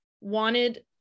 wanted